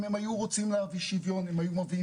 אם הם היו רוצים להביא שוויון הם היו מביאים